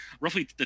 roughly